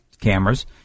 cameras